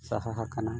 ᱥᱟᱦᱟ ᱟᱠᱟᱱᱟ